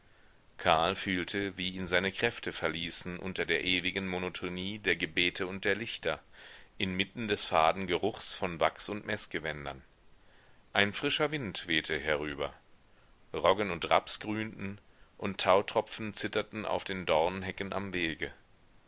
karl fühlte wie ihn seine kräfte verließen unter der ewigen monotonie der gebete und der lichter inmitten des faden geruchs von wachs und meßgewändern ein frischer wind wehte herüber roggen und raps grünten und tautropfen zitterten auf den dornenhecken am wege